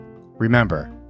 Remember